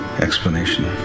explanation